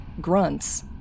grunts